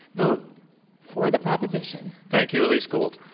vote for the proposition. thank you, elise gould.